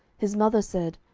his mother said,